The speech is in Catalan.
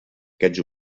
aquests